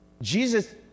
Jesus